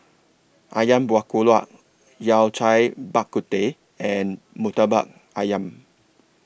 Ayam Buah Keluak Yao Cai Bak Kut Teh and Murtabak Ayam